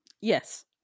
Yes